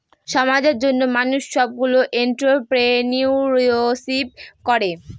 সমাজের জন্য মানুষ সবগুলো এন্ট্রপ্রেনিউরশিপ করে